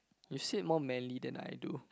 you said more manly than I do